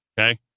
Okay